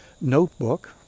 notebook